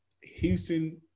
Houston